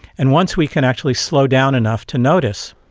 and once we can actually slow down enough to notice,